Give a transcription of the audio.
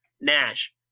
Nash